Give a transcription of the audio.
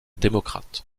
démocrate